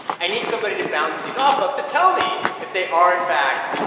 i need somebody to bounce these off of to tell me if they are, in fact,